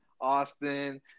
Austin